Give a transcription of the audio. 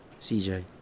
CJ